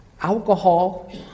Alcohol